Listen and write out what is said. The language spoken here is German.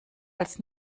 als